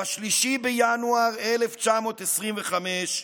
ב-3 בינואר 1925,